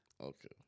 Okay